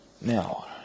now